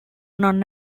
non